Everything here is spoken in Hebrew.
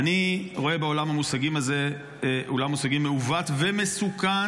אני רואה בעולם המושגים הזה עולם מושגים מעוות ומסוכן,